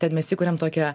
ten mes įkuriam tokią